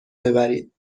ببرید